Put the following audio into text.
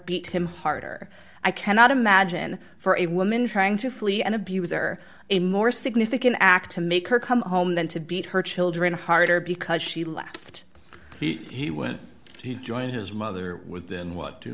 beat him harder i cannot imagine for a woman trying to flee an abuser a more significant act to make her come home than to beat her children harder because she left he when he joined his mother within what two